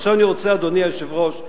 אדוני היושב-ראש,